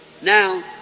Now